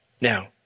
Now